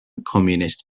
communist